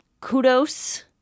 kudos